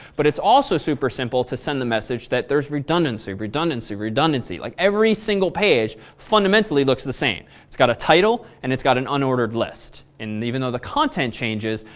but it's also super simple to send a message that there's redundancy, redundancy, redundancy, like every single page fundamentally looks the same. it's got a title and it's got and unordered list. and even though the content changes,